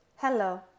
Hello